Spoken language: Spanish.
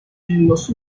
los